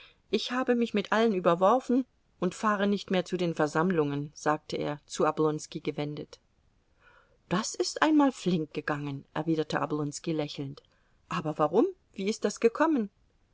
ich habe mich mit allen überworfen und fahre nicht mehr zu den versammlungen sagte er zu oblonski gewendet das ist einmal flink gegangen erwiderte oblonski lächelnd aber warum wie ist das gekommen